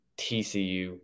TCU